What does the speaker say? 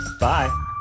Bye